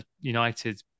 United